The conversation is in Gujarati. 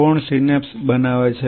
કોણ સિનેપ્સ બનાવે છે